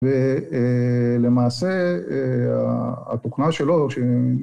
ולמעשה התוכנה שלו ש